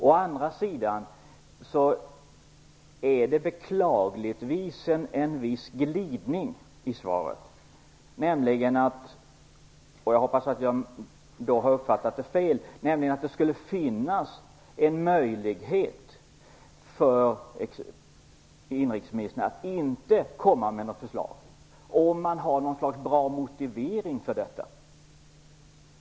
Å andra sidan är det beklagligtvis en viss glidning i svaret, men jag hoppas att jag har uppfattat det fel. Lennart Nilsson sade att det skulle finnas en möjlighet för inrikesministern att inte komma med något förslag, om han har en bra motivering för detta.